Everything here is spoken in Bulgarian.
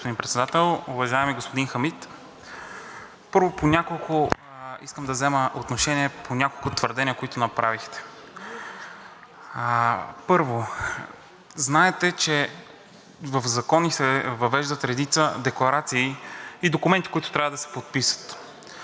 Благодаря, господин Председател. Уважаеми господин Хамид, първо, искам да взема отношение по няколко твърдения, които направихте. Първо, знаете, че в закони се въвеждат редица декларации и документи, които трябва да се подписват.